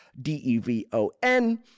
D-E-V-O-N